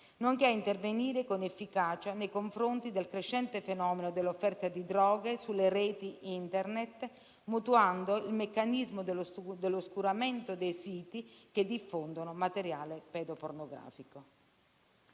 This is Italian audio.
nonché a intervenire con efficacia nei confronti del crescente fenomeno dell'offerta di droghe sulle reti Internet, mutuando il meccanismo dell'oscuramento dei siti che diffondono materiale pedopornografico.